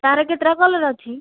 ତା'ର କେତେଟା କଲର୍ ଅଛି